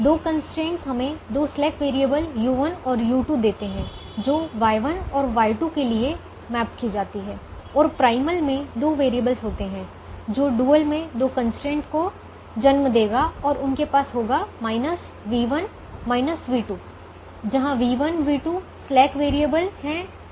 दो कंस्ट्रेंट हमें दो स्लैक वैरिएबल u1 और u2 देते हैं जो Y1 और Y2 के लिए मैप की जाती हैं और प्राइमल में दो वैरिएबलस होते हैं जो डुअल में दो कंस्ट्रेंट को जन्म देगा और उनके पास होगा v1 v2 जहां v1 v2 स्लैक वैरिएबल हैं